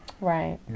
Right